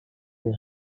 who